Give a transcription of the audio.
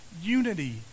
unity